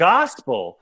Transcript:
Gospel